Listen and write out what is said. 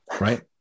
right